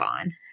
on